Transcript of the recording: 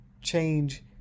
change